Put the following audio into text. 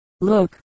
look